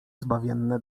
zbawienne